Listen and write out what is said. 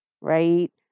right